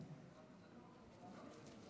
אדוני היושב-ראש,